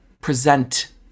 present